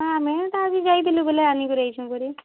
ହଁ ଆମେ ହେଟା ବି ଯାଇଥିଲୁ ବୋଇଲେ ଆନିକରି ଆଇଛୁଁ କରି